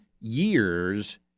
years